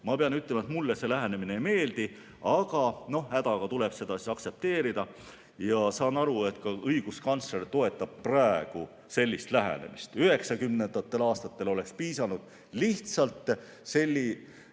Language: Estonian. Ma pean ütlema, et mulle see lähenemine ei meeldi, aga hädaga tuleb seda aktsepteerida. Saan aru, et ka õiguskantsler toetab praegu sellist lähenemist. 1990. aastatel oleks piisanud lihtsalt sellisest